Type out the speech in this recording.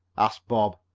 asked bob.